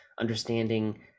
understanding